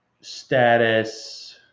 status